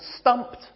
Stumped